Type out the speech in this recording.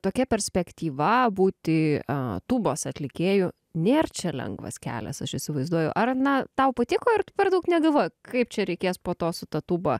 tokia perspektyva būti a tūbos atlikėju nėr čia lengvas kelias aš įsivaizduoju ar na tau patiko ar tu per daug negalvojai kaip čia reikės po to su ta tūba